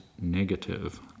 negative